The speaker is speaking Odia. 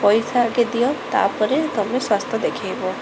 ପଇସା ଆଗେ ଦିଅ ତାପରେ ତୁମେ ସ୍ବାସ୍ଥ୍ୟ ଦେଖାଇବ